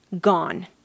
gone